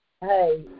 hey